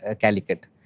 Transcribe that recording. Calicut